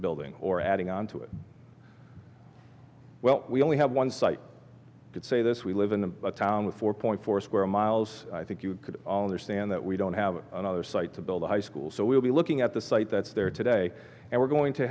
building or adding on to it well we only have one site to say this we live in the town with four point four square miles i think you could stand that we don't have another site to build a high school so we'll be looking at the site that's there today and we're going to